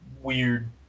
weird